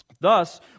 Thus